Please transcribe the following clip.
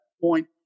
point